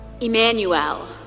Emmanuel